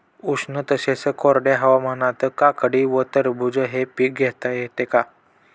उष्ण तसेच कोरड्या हवामानात काकडी व टरबूज हे पीक घेता येते का?